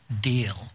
deal